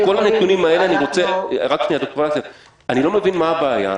אני לא מבין מה הבעיה.